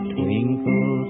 Twinkle